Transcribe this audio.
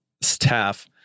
staff